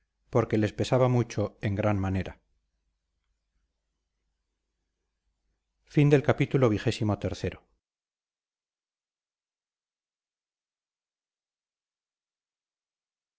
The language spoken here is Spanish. porque les pesaba mucho en gran manera